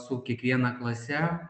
su kiekviena klase